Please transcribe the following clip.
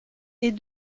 est